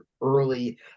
early